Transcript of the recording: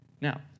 Now